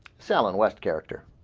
ceylon west character